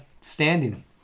standing